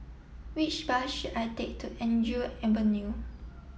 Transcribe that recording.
which bus should I take to Andrew Avenue